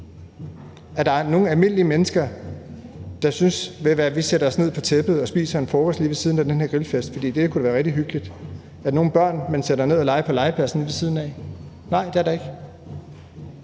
Er der nogen almindelige mennesker, der tænker: Ved I hvad? Vi sætter os ned på et tæppe og spiser en frokost lige ved siden af den her grillfest, for det kunne da være rigtig hyggeligt? Er der nogen, der sender deres børn ned at lege på legepladsen lige ved siden af? Nej, det er der ikke.